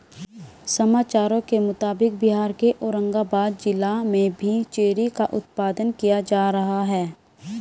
समाचारों के मुताबिक बिहार के औरंगाबाद जिला में भी चेरी का उत्पादन किया जा रहा है